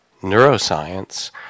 neuroscience